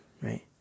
right